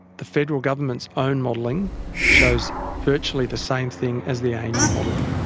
the federal government's own modelling shows virtually the same thing as the anu modelling.